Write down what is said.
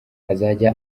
azajya